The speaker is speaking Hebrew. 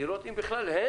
לראות אם בכלל הם